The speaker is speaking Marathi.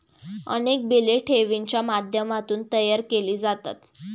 अनेक बिले ठेवींच्या माध्यमातून तयार केली जातात